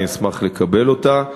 אני אשמח לקבל אותה.